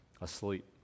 asleep